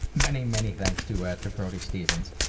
many, many thanks to ah to brody stevens.